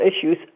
issues